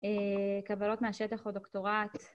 קבלות מהשטח או דוקטורט